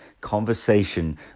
conversation